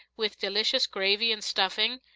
with delicious gravy and stuffing,